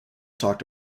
talked